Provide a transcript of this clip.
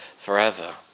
forever